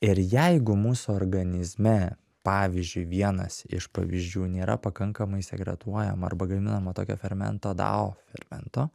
ir jeigu mūsų organizme pavyzdžiui vienas iš pavyzdžių nėra pakankamai sekretuojama arba gaminama tokio fermento dao fermento